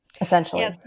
essentially